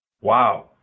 Wow